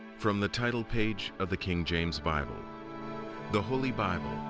from the title page of the king james bible the holy bible,